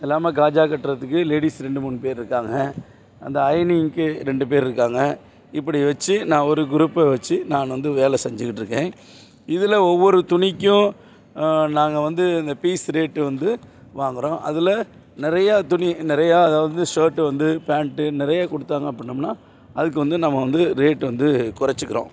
இல்லாமல் காஜா கட்டுறதுக்கு லேடிஸ் ரெண்டு மூணு பேர் இருக்காங்கள் அந்த அயனிங்க்கு ரெண்டு பேர் இருக்காங்கள் இப்படி வச்சி நான் ஒரு குரூப்பை வச்சி நான் வந்து வேலை செஞ்சிக்கிட்ருக்கேன் இதில் ஒவ்வொரு துணிக்கும் நாங்கள் வந்து இந்த பீஸ் ரேட்டு வந்து வாங்குறோம் அதில் நிறையா துணி நிறையா அதாவது ஷர்ட்டு வந்து பேண்ட்டு நிறைய கொடுத்தாங்க அப்படின்னோம்னா அதுக்கு வந்து நம்ம வந்து ரேட்டு வந்து குறச்சிக்கிறோம்